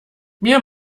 mir